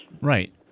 Right